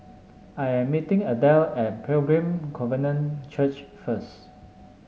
I am meeting Adelle at Pilgrim Covenant Church first